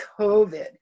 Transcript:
COVID